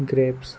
grapes